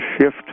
shift